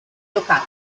locali